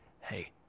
hey